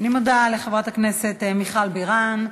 אני מודה לחברת הכנסת מיכל בירן.